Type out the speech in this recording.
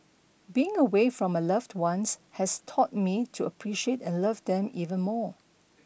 being away from my loved ones has taught me to appreciate and love them even more